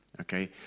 Okay